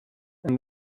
and